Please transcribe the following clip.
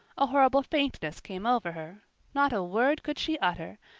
a horrible faintness came over her not a word could she utter,